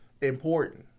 important